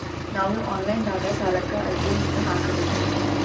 ನಾವು online ದಾಗ ಸಾಲಕ್ಕ ಅರ್ಜಿ ಹೆಂಗ ಹಾಕಬೇಕ್ರಿ?